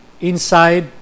inside